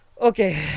okay